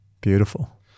Beautiful